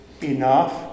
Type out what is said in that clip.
enough